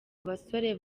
abasore